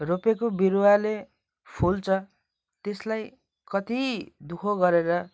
रोपेको बिरुवाले फुल्छ त्यसलाई कति दुःख गरेर